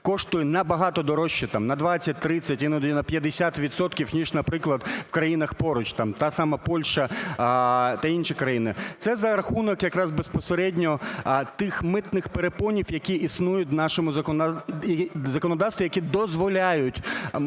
коштує на багато дорожче, там на 20, 30, іноді на 50 відсотків, ніж, наприклад, у країнах поруч, наприклад та сама Польща та інші країни. Це за рахунок якраз безпосередньо тих митних перепонів, які існують у нашому законодавстві, які дозволяють